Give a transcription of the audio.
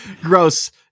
gross